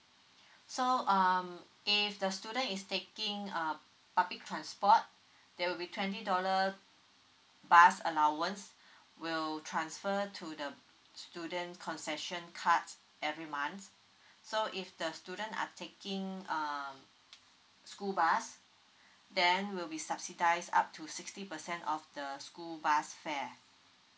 so um if the student is taking uh public transport there will be twenty dollars bus allowance will transfer to the students concession card every month so if the student are taking uh school bus then will be subsidies up to sixty percent off the school bus fare